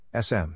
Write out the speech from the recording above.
SM